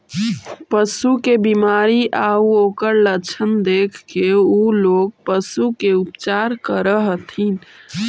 पशु के बीमारी आउ ओकर लक्षण देखके उ लोग पशु के उपचार करऽ हथिन